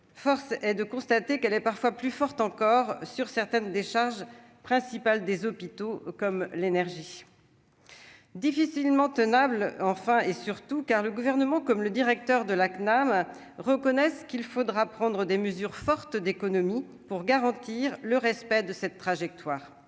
force est de constater qu'elle est parfois plus forte encore sur certaines des charges principal des hôpitaux comme l'énergie. Difficilement tenable, enfin et surtout, car le gouvernement comme le directeur de la CNAM, reconnaissent qu'il faudra prendre des mesures fortes d'économie pour garantir le respect de cette trajectoire